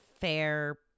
fair